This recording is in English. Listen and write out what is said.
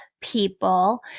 people